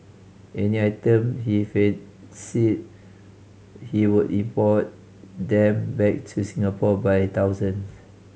any item he fancied he would import them back to Singapore by thousands